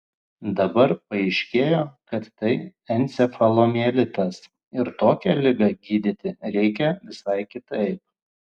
dabar paaiškėjo kad tai encefalomielitas ir tokią ligą gydyti reikia visai kitaip